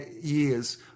years